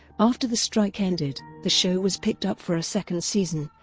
after the strike ended, the show was picked up for a second season,